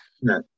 no